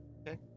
okay